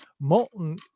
molten